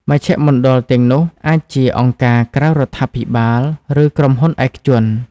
មជ្ឈមណ្ឌលទាំងនោះអាចជាអង្គការក្រៅរដ្ឋាភិបាលឬក្រុមហ៊ុនឯកជន។